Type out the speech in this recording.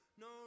No